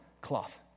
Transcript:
cloth